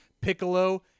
Piccolo